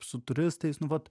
su turistais nu vat